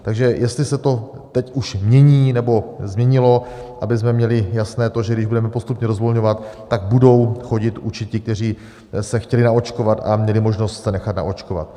Takže jestli se to teď už mění nebo změnilo, abychom měli jasné to, že když budeme postupně rozvolňovat, tak budou chodit učit ti, kteří se chtěli naočkovat a měli možnost se nechat naočkovat.